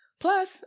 Plus